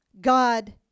God